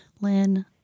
Lynn